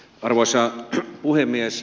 arvoisa puhemies